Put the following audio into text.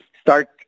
start